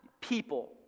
people